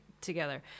together